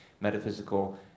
metaphysical